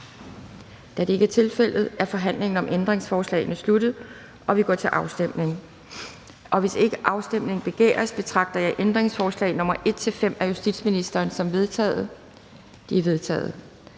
Da det ikke er tilfældet, er forhandlingen om ændringsforslagene sluttet, og vi går til afstemning. Kl. 11:24 Afstemning Anden næstformand (Pia Kjærsgaard): Hvis ikke afstemning begæres, betragter jeg ændringsforslag nr. 1-5 af justitsministeren som vedtaget. De er vedtaget.